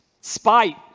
spite